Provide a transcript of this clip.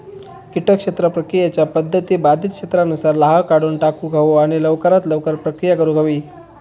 किटक क्षेत्र प्रक्रियेच्या पध्दती बाधित क्षेत्रातुन लाह काढुन टाकुक हवो आणि लवकरात लवकर प्रक्रिया करुक हवी